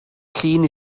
llun